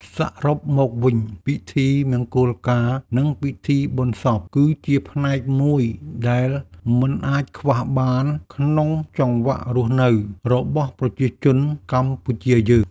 សរុបមកវិញ ពិធីមង្គលការនិងពិធីបុណ្យសព គឺជាផ្នែកមួយដែលមិនអាចខ្វះបានក្នុងសង្វាក់រស់នៅរបស់ប្រជាជនកម្ពុជាយើង។